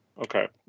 Okay